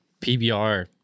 PBR